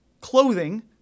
clothing